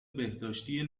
بهداشتی